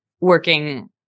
working